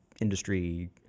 Industry